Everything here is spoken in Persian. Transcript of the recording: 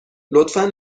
لطفا